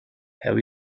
have